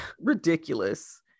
ridiculous